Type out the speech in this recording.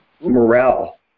morale